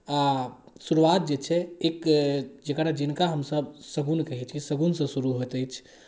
आ शुरुआत जे छै एक जकरा जिनका हमसभ शगुन कहै छियै शगुनसँ शुरू होइत अछि